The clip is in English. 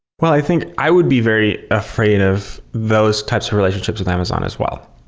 well, i think i would be very afraid of those types of relationships with amazon as well,